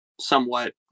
somewhat